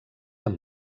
amb